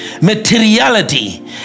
materiality